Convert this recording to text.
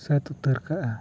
ᱥᱟᱹᱛ ᱩᱛᱟᱹᱨ ᱠᱟᱜᱼᱟ